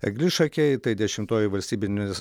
eglišakiai tai dešimtoji valstybinės